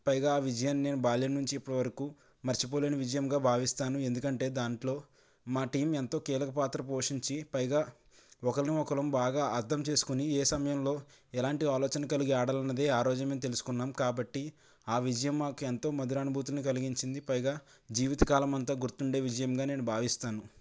పైగా ఆ విజయాన్ని నేను బాల్యం నుంచి ఇప్పటివరకు మర్చిపోలేని విజయంగా భావిస్తాను ఎందుకంటే దాంట్లో మా టీం ఎంతో కీలకపాత్ర పోషించి పైగా ఒకరిని ఒకలం బాగా అర్థం చేసుకొని ఏ సమయంలో ఎలాంటి ఆలోచన కలిగి ఆడాలన్నదే మేము ఆ రోజే తెలుసుకున్నాం కాబట్టి ఆ విజయం మాకు ఎంతో మధురానుభూతిని కలిగించింది పైగా జీవితకాలమంతా గుర్తుండే విజయంగా నేను భావిస్తాను